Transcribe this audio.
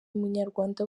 munyarwanda